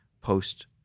post